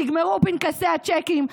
נגמרו פנקסי הצ'קים.